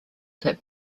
that